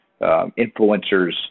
influencers